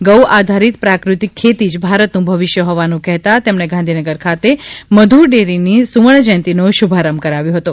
ગૌ આધારિત પ્રાકૃતિક ખેતી જ ભારતનું ભવિષ્ય હોવાનું કહેતા તેમણે ગાંધીનગર ખાતે મધુર ડેરીની સુવર્ણ જયંતીનો શુભારંભ કરાવ્યો હતો